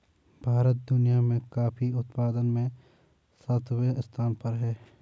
भारत दुनिया में कॉफी उत्पादन में सातवें स्थान पर है